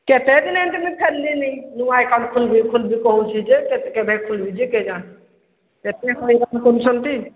କେତେ ଦିନ ଏନ୍ତି ଫେରଲିନି ନୂଆ ଆକାଉଣ୍ଟ କଣ ଖୁଲିବି ଖୁଲିବି କହୁଚି ଯେ କେତେ କେବେ ଖୁଲିବି ଯେ କେ ଜାଣେ କେତେ ହଇରାଣ କରୁଛନ୍ତି